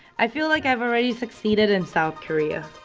i feel like i've already succeeded in south korea